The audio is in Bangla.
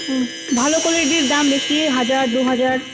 হুম ভালো কোয়ালিটির দাম বেশি হাজার দু হাজার